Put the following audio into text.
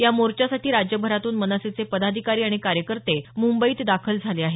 या मोर्चासाठी राज्यभरातून मनसेचे पदाधिकारी आणि कार्यकर्ते मुंबईत दाखल झाले आहेत